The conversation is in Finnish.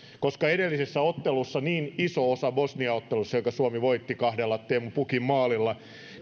koska edellisessä ottelussa bosnia ottelussa jonka suomi voitti kahdella teemu pukin maalilla